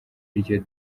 iryo